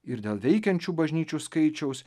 ir dėl veikiančių bažnyčių skaičiaus